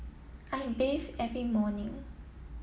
I'm bathe every morning